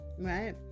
Right